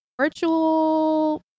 virtual